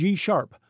G-sharp